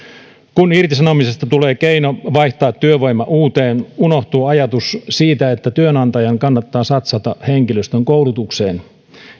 kun irtisanomisesta tulee keino vaihtaa työvoima uuteen unohtuu ajatus siitä että työnantajan kannattaa satsata henkilöstön koulutukseen